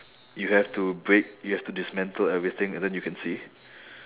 you have to break you have to dismantle everything and then you can see